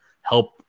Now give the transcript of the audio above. help